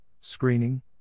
screening